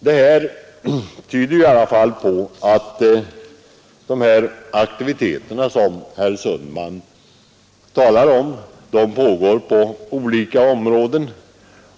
Det tyder i alla fall på att de aktiviteter som herr Sundman talar om pågår på alla områden.